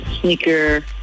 sneaker